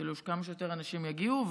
כמה שיותר אנשים יגיעו,